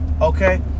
Okay